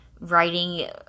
writing